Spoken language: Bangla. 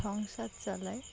সংংসার চালায়